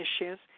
issues